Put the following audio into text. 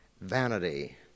vanity